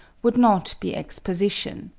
would not be exposition.